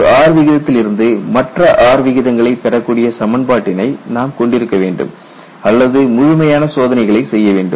ஒரு R விகிதத்தில் இருந்து மற்ற R விகிதங்களை பெறக்கூடிய சமன்பாட்டினை நாம் கொண்டிருக்க வேண்டும் அல்லது முழுமையான சோதனைகளை செய்ய வேண்டும்